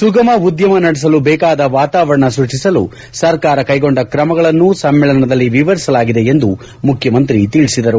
ಸುಗಮ ಉದ್ಖಮ ನಡೆಸಲು ಬೇಕಾದ ವಾತಾವರಣ ಸೃಷ್ಷಿಸಲು ಸರ್ಕಾರ ಕೈಗೊಂಡ ತ್ರಮಗಳನ್ನು ಸಮ್ನೇಳನದಲ್ಲಿ ವಿವರಿಸಲಾಗಿದೆ ಎಂದು ಮುಖ್ಯಮಂತ್ರಿ ತಿಳಿಸಿದರು